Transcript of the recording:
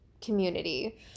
community